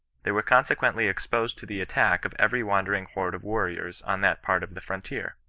they were consequently exposed to the attack of every wandering horde of warriors on that part of the frontier.